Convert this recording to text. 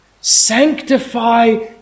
Sanctify